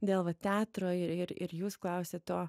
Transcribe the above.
dėl va teatro ir ir ir jūs klausiat o